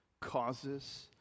causes